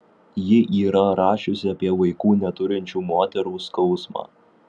ji yra rašiusi apie vaikų neturinčių moterų skausmą